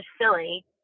silly